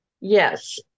Yes